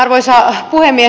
arvoisa puhemies